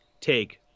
take